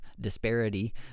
disparity